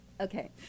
okay